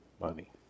money